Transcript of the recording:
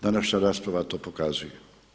Današnja rasprava to pokazuje.